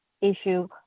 issue